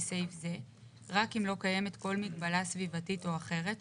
סעיף זה רק אם לא קיימת כל מגבלה סביבתית או אחרת,